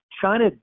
China